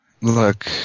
Look